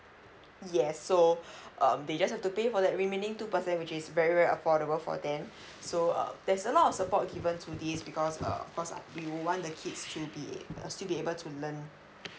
yes so um they just have to pay for that remaining two percent which is very very affordable for them so uh there's a lot of support given to this because uh of course like we would want the kids to be still be able to learn